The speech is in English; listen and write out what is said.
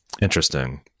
Interesting